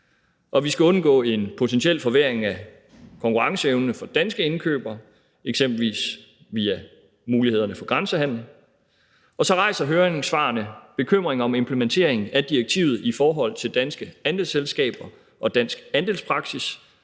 vi skal undgå en potentiel forværring af konkurrenceevnen for danske indkøbere, eksempelvis via mulighederne for grænsehandel, og så rejser høringssvarene bekymring om implementeringen af direktivet i forhold til danske andelsselskaber og dansk andelspraksis,